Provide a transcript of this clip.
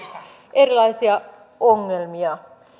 erilaisia ongelmia